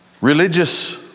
religious